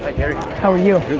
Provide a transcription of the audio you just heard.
gary. how are you?